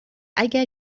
اگر